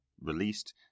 released